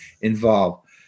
involved